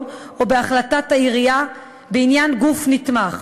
או בהחלטת העירייה בעניין גוף נתמך.